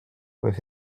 with